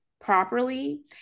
properly